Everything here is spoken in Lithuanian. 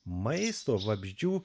maisto vabzdžių